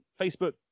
facebook